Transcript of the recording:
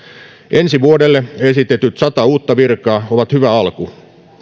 ensi vuodelle esitetyt sata uutta virkaa ovat hyvä alku